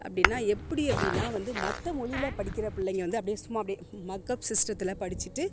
அப்படினா எப்படி அப்படினா வந்து மற்ற மொழியில் படிக்கிற பிள்ளைங்க வந்து அப்படியே சும்மா அப்படியே மக்கப் சிஸ்டத்தில் படித்திட்டு